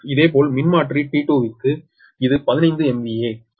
இதேபோல் மின்மாற்றி T2 க்கு இது 15 MVA 6